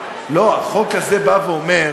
החוק הזה אומר,